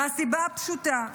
מהסיבה הפשוטה,